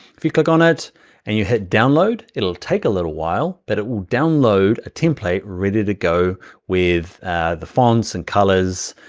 if you click on it and you hit download, it'll take a little while, but it will download a template ready to go with the fonts and colors,